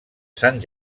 sant